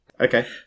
Okay